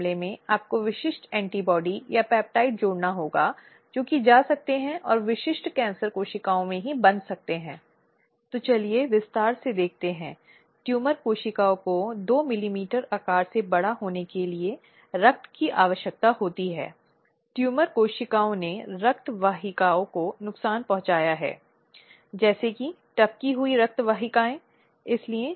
मामले में शिकायत दर्ज करने के बाद यदि यह पता चलता है कि इस तरह की शिकायत झूठी थी या दुर्भावनापूर्ण आधार पर इसकी आलोचना की गई थी क्योंकि यह कई महिलाओं को प्रतिबंधित कर सकता है या कई महिलाओं को शिकायतों के साथ आगे आने से हतोत्साहित कर सकता है अगर वे किसी भी प्रकार की आशंकाओं के साथ अधिनियम या व्यवहार की प्रकृति के संबंध में हैं